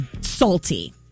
Salty